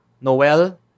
Noel